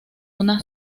una